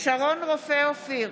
שרון רופא אופיר,